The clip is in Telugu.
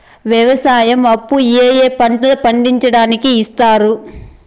వ్యవసాయం అప్పు ఏ ఏ పంటలు పండించడానికి ఇస్తారు?